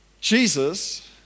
Jesus